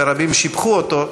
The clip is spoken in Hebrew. ורבים שיבחו אותו,